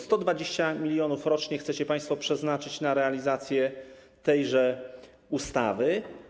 120 mln rocznie chcecie państwo przeznaczyć na realizację tejże ustawy.